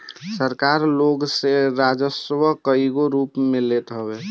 सरकार लोग से राजस्व कईगो रूप में लेत हवे